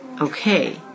okay